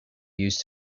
used